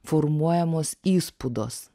formuojamos įspūdos